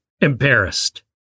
embarrassed